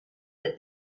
that